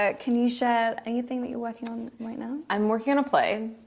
ah can you share anything that you're working on right now? i'm working on a play.